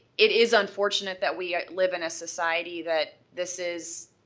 it is unfortunate that we live in a society that this is,